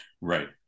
Right